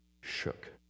shook